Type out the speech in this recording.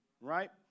right